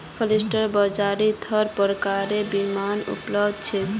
policy बाजारत हर प्रकारेर बीमा उपलब्ध छेक